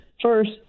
First